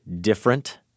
different –